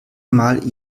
mal